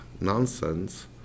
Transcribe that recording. nonsense